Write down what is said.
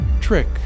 Trick